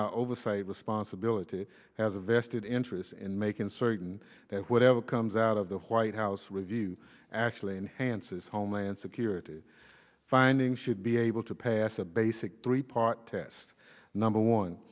our oversight responsibility has a vested interest in making certain that whatever comes out of the white house review actually enhances homeland security findings should be able to pass a basic three part test number one